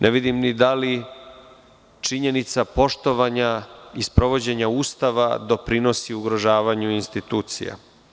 Ne vidim ni da li činjenica poštovanja i sprovođenja Ustava doprinosi ugrožavanju institucija.